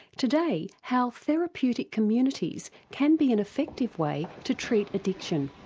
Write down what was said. today, how therapeutic communities can be an effective way to treat addiction.